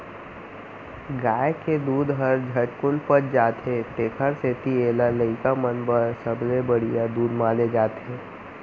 गाय के दूद हर झटकुन पच जाथे तेकर सेती एला लइका मन बर सबले बड़िहा दूद माने जाथे